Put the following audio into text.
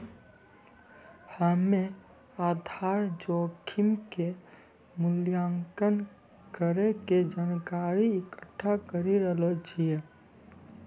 हम्मेआधार जोखिम के मूल्यांकन करै के जानकारी इकट्ठा करी रहलो छिऐ